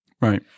Right